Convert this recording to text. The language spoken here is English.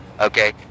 Okay